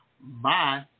bye